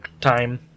time